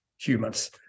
humans